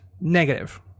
negative